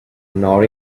nor